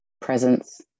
presence